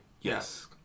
Yes